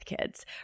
kids